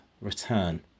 return